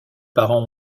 parents